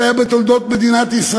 הציבור?